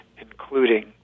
including